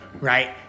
right